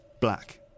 black